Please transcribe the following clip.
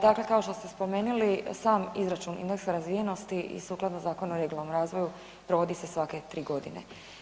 Dakle, kao što ste spomenili, sam izračun indeksa razvijenosti i sukladno Zakonu o regionalnom razvoju, provodi se svake 3 godine.